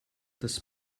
das